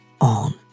on